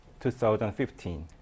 2015